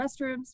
restrooms